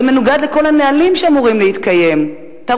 זה מנוגד לכל הנהלים שאמורים להתקיים.